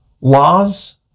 laws